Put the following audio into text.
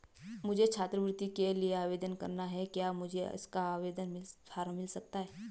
मुझे छात्रवृत्ति के लिए आवेदन करना है क्या मुझे इसका आवेदन फॉर्म मिल सकता है?